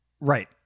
right